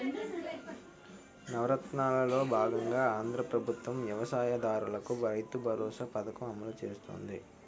నవరత్నాలలో బాగంగా ఆంధ్రా ప్రభుత్వం వ్యవసాయ దారులకు రైతుబరోసా పథకం అమలు చేస్తుంది